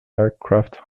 aircraft